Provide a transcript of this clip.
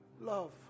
Love